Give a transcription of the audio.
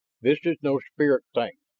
this is no spirit thing,